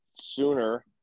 sooner